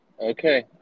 Okay